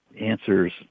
answers